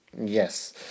yes